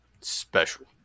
special